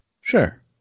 Sure